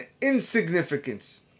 insignificance